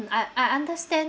I I understand